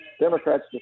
Democrats